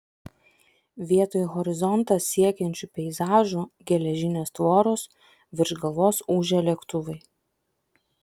vietoj horizontą siekiančių peizažų geležinės tvoros virš galvos ūžia lėktuvai